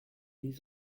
les